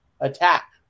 attack